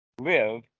Live